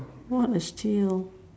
what a steal